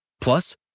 Plus